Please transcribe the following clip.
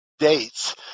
dates